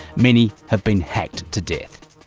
many have been hacked to death.